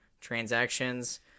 transactions